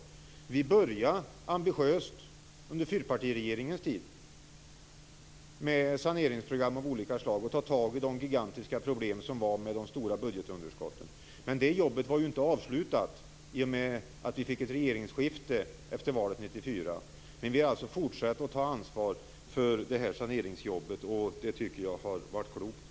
Vi började ambitiöst under fyrpartiregeringens tid med saneringsprogram av olika slag och med att ta tag i de gigantiska problemen med de stora budgetunderskotten. Men det jobbet var inte avslutat i och med att vi fick ett regeringsskifte efter valet 1994. Vi har fortsatt att ta ansvar för det saneringsjobbet, och det tycker jag har varit klokt.